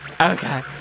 Okay